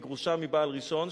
היא גרושה מבעל ראשון,